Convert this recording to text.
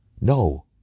No